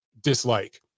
dislike